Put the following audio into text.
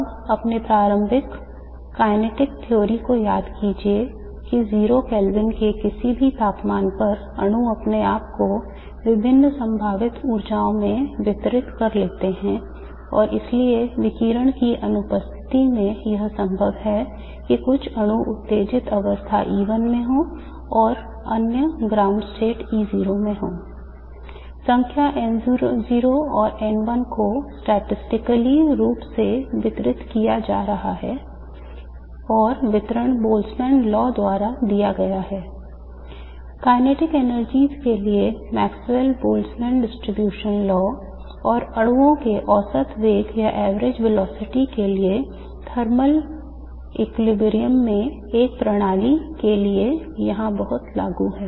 अब अपने प्रारंभिक गतिज सिद्धांत में एक प्रणाली के लिए यहां बहुत लागू है